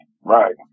Right